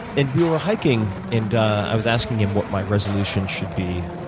and we were hiking, and i was asking him what my resolution should be,